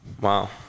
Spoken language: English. Wow